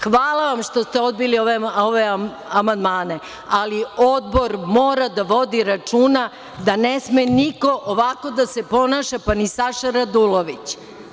Hvala vam što ste odbili ove amandmani, ali odbor mora da vodi računa da ne sme niko ovako da se ponaša pa ni Saša Radulović.